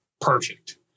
perfect